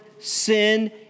sin